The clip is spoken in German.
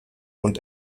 und